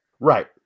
Right